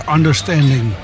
Understanding